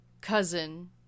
cousin